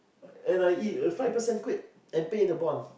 and I eat uh five percent quit and pay the bond